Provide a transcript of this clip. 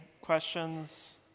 questions